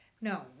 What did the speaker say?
No